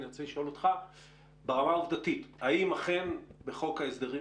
אני רוצה לשאול אותך ברמה העובדתית האם אכן בחוק ההסדרים